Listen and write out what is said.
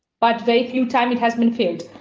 but very few time it has been failed,